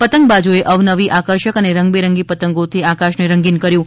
પતંગબાજોએ અવનવી આકર્ષક અને રંગબેરંગી પતંગોથી આકાશને રંગીન કર્યું હતું